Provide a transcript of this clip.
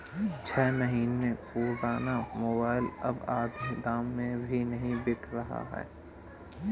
छह महीने पुराना मोबाइल अब आधे दाम में भी नही बिक रहा है